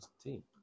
team